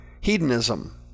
hedonism